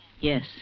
Yes